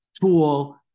tool